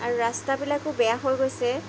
আৰু ৰাস্তাবিলাকো বেয়া হৈ গৈছে